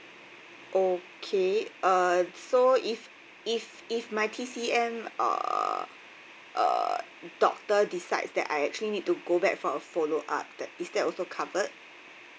okay uh so if if if my T_C_M uh uh doctor decides that I actually need to go back for a follow-up that is that also covered